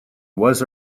was